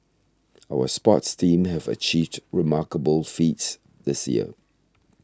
our sports teams have achieved remarkable feats this year